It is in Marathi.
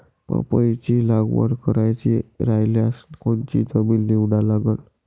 पपईची लागवड करायची रायल्यास कोनची जमीन निवडा लागन?